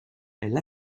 elle